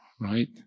right